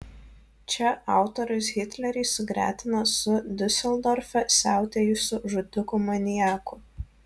čia autorius hitlerį sugretina su diuseldorfe siautėjusiu žudiku maniaku